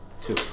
Two